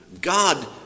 God